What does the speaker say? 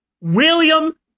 William